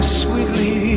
sweetly